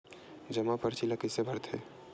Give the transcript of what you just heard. जमा परची ल कइसे भरथे?